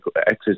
access